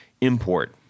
import